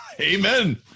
Amen